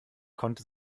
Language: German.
konnte